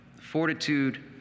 fortitude